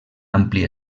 ampli